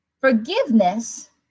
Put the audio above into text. forgiveness